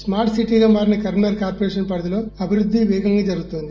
స్మార్ల్ సిటీగా మారిన కరీంనగర్ కార్పొరేషస్ పరిధిలో అభివృద్ది వేగంగా జరుగుతోంది